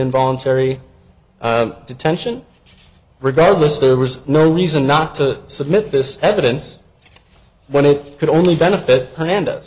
involuntary detention regardless there was no reason not to submit this evidence when it could only benefit her hand